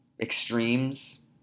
extremes